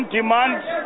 demands